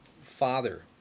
Father